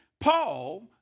Paul